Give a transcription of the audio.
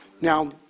Now